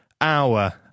hour